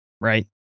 right